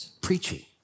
preaching